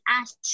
ask